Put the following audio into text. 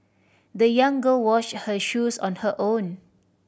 the young girl washed her shoes on her own